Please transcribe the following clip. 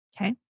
Okay